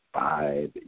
five